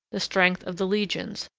the strength of the legions,